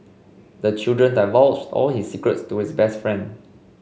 the children divulged all his secrets to his best friend